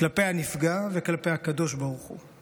כלפי הנפגע וכלפי הקדוש ברוך הוא,